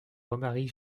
remarie